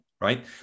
right